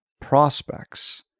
prospects